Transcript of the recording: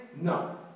No